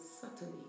subtly